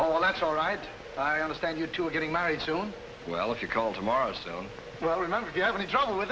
oh well that's all right i understand you two are getting married soon well if you call tomorrow soon well remember you have a job with